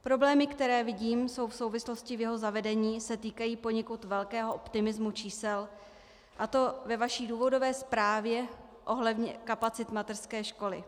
Problémy, které vidím v souvislosti s jeho zavedením, se týkají poněkud velkého optimismu čísel, a to ve vaší důvodové zprávě ohledně kapacit mateřské školy.